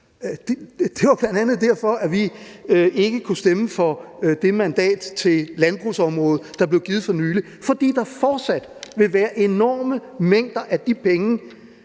det var bl.a. derfor, at vi ikke kunne stemme for det mandat til landbrugsområdet, der blev givet for nylig. For der vil fortsat være enorme mængder af de penge,